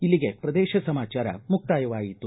ಇಲ್ಲಿಗೆ ಪ್ರದೇಶ ಸಮಾಚಾರ ಮುಕ್ತಾಯವಾಯಿತು